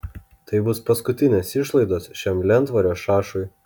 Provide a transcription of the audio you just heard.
tai bus paskutinės išlaidos šiam lentvario šašui